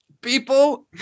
People